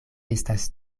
estas